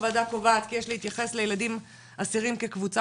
הוועדה קובע כי יש להתייחס לילדי אסירים כקבוצה